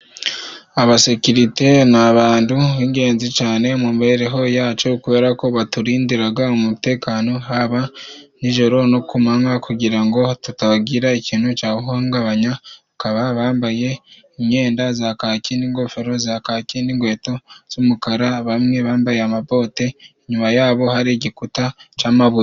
Abasekirite ni abandu b'ingenzi cane mu mibereho yacu kubera ko baturindiraga umutekano, haba nijoro no ku manywa kugira ngo tutabagira ikintu cyawuhungabanya. Bakaba bambaye imyenda za kaki n'ingofero za kaki n'ingweto z'umukara. Bamwe bambaye amabote, inyuma yabo hari igikuta c'amabuye.